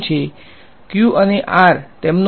q અને r તેમનો order શું હશે